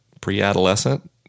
pre-adolescent